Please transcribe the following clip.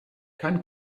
kein